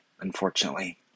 unfortunately